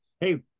Hey